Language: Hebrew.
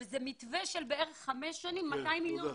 זה מתווה של חמש שנים, בערך 200 מיליון.